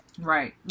Right